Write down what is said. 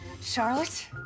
Charlotte